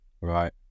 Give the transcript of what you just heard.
right